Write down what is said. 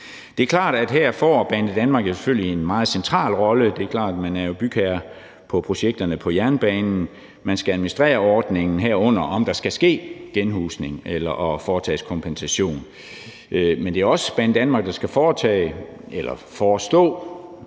Det er klart, at her får Banedanmark jo selvfølgelig en meget central rolle; det er klart. Man er jo bygherre på projekterne på jernbanen, og man skal administrere ordningen, herunder om der skal ske genhusning eller foretages kompensation. Men det er også Banedanmark, der skal foretage eller forestå